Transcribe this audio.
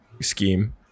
scheme